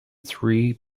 three